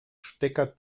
stecker